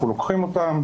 אנחנו לוקחים אותם,